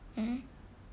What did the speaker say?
mm